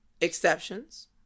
exceptions